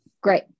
Great